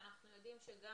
שאנחנו יודעים שגם